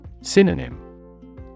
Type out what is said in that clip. Synonym